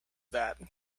that